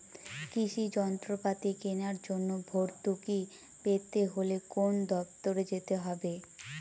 কৃষি যন্ত্রপাতি কেনার জন্য ভর্তুকি পেতে হলে কোন দপ্তরে যেতে হবে?